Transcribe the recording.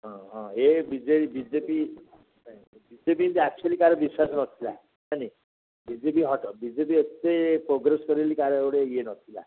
ହଁ ହଁ ଏବେ B J P B J P ଏ ଆକ୍ଚୁଆଲି କାହାର ବିଶ୍ୱାସ ନଥିଲା ନା ନାଇଁ ବି ଜେ ପି ହଟା ବି ଜେ ପି ଏତେ ପ୍ରୋଗ୍ରେସ୍ କରିଲି କାହାର ଗୋଟେ ଇଏ ନଥିଲା